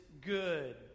good